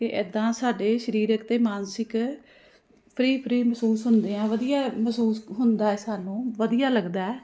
ਕਿ ਇੱਦਾਂ ਸਾਡੇ ਸਰੀਰਕ ਅਤੇ ਮਾਨਸਿਕ ਫਰੀ ਫਰੀ ਮਹਿਸੂਸ ਹੁੰਦੇ ਆ ਵਧੀਆ ਮਹਿਸੂਸ ਹੁੰਦਾ ਸਾਨੂੰ ਵਧੀਆ ਲੱਗਦਾ